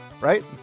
right